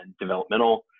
developmental